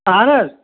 اَہن حظ